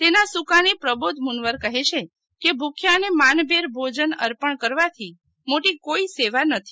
તેના સુકાની પ્રબોધ મણવર કહે છે કે ભૂખ્યા ને માનભેર ભોજન અર્પણ કરવાથી મોટી કોઈ સેવા નથી